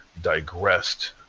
digressed